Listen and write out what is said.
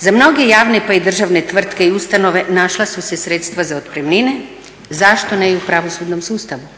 Za mnoge javne, pa i državne tvrtke i ustanove našla su se sredstva za otpremnine. Zašto ne i u pravosudnom sustavu?